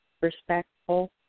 respectful